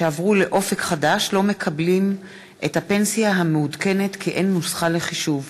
שעברו ל"אופק חדש" לא מקבלים את הפנסיה המעודכנת כי אין נוסחה לחישוב,